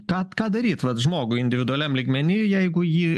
tą ką daryt vat žmogui individualiam lygmeny jeigu jį